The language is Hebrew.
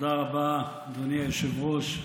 תודה רבה, אדוני היושב-ראש.